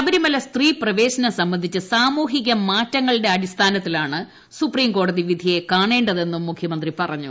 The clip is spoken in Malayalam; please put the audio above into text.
ശബരിമല സ്ത്രീപ്രവേശനം സംബന്ധിച്ച് സാമൂഹിക മാറ്റങ്ങളുടെ അടിസ്ഥാനത്തിലാണ് സുപ്രീം കോടതി വിധിയെ കാണേണ്ടത് എന്നും മുഖ്യമന്ത്രി പറഞ്ഞു